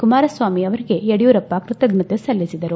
ಕುಮಾರಸ್ವಾಮಿ ಅವರಿಗೆ ಯಡಿಯೂರಪ್ಪ ಕೃತಜ್ಞತೆ ಸಲ್ಲಿಸಿದರು